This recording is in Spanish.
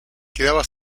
quedaba